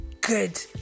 good